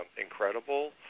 incredible